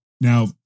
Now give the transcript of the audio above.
Now